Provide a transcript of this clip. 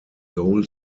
goal